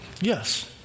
Yes